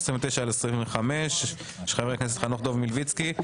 729/25 של חבר הכנסת חנוך דב מלביצקי.